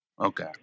Okay